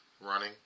running